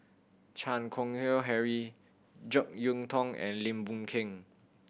Chan Keng Howe Harry Jek Yeun Thong and Lim Boon Keng